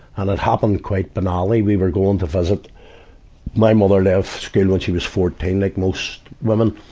and it happened quite banally. we were going to visit my mother left school when she was fourteen, like most women.